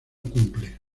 cumple